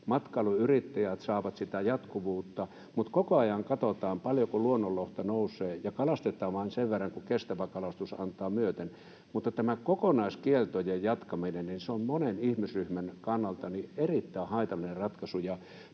matkailuyrittäjät saavat sitä jatkuvuutta, mutta niin, että koko ajan katsotaan, paljonko luonnonlohta nousee ja kalastetaan vain sen verran kuin kestävä kalastus antaa myöten. Tämä kokonaiskieltojen jatkaminen on monen ihmisryhmän kannalta erittäin haitallinen ratkaisu,